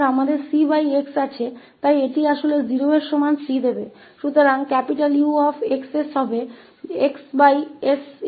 फिर हमारे पास cxs है जिससे वास्तव में c के0 बराबर होगा